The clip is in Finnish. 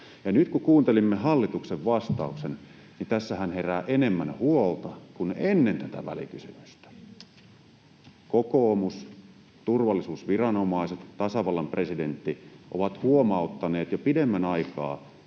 Nyt kun kuuntelimme hallituksen vastauksen, niin tässähän herää enemmän huolta kuin ennen tätä välikysymystä. Kokoomus, turvallisuusviranomaiset, tasavallan presidentti ovat huomauttaneet jo pidemmän aikaa,